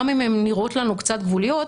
גם אם הן נראות לנו קצת גבוליות,